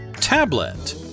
tablet